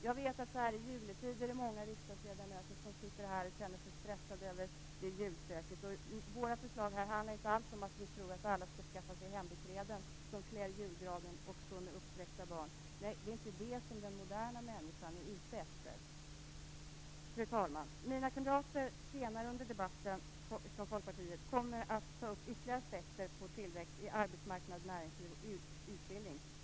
Jag vet att det så här i jultider är många riksdagsledamöter som sitter här och känner sig stressade över julstöket. Våra förslag här handlar inte alls om att alla skall skaffa sig hembiträden som klär julgranen och står med uppsträckta barn. Det är inte det som den moderna människan är ute efter. Fru talman! Mina kamrater från Folkpartiet kommer senare i debatten att ta upp ytterligare aspekter på tillväxt i arbetsmarknad, näringsliv och utbildning.